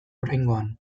oraingoan